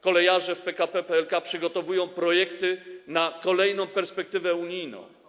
Kolejarze w PKP PLK przygotowują projekty na kolejną perspektywę unijną.